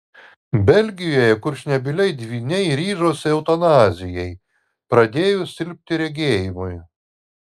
belgijoje kurčnebyliai dvyniai ryžosi eutanazijai pradėjus silpti regėjimui